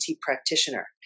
practitioner